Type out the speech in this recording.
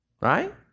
right